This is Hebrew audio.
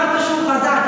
אמרתי שהוא חזק.